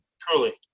truly